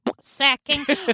sacking